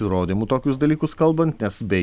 įrodymų tokius dalykus kalbant nes bei